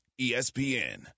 ESPN